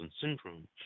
syndrome